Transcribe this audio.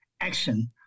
action